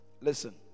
Listen